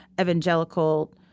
evangelical